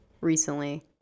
recently